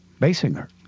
Basinger